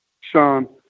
Sean